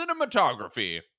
cinematography